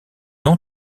ont